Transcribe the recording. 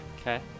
Okay